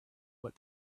what